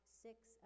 six